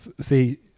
See